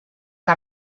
que